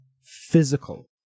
physical